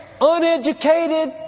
uneducated